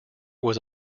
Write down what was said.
was